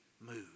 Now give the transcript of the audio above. move